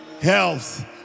health